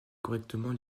correctement